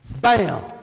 bam